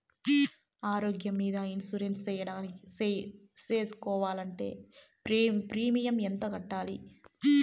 ఆరోగ్యం మీద ఇన్సూరెన్సు సేసుకోవాలంటే ప్రీమియం ఎంత కట్టాలి?